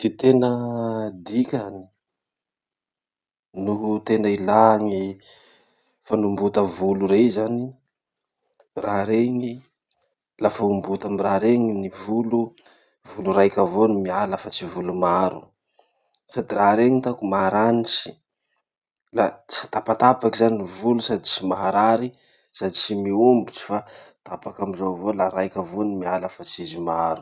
Ty tena dikany noho tena ilà gny fanombota volo rey zany. Raha reny, lafa ombota amy raha reny ny volo, volo raiky avao ro miala fa tsy volo maro. Sady raha reny hitako maranitsy, la tsy tapatapaky zany ny volo sady tsy maharary sady tsy miombotsy fa tapaky amizao avao la raiky avao no miala fa tsy izy maro.